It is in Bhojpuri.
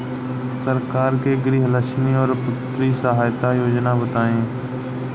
सरकार के गृहलक्ष्मी और पुत्री यहायता योजना बताईं?